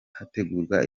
hategurwa